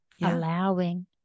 allowing